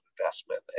investment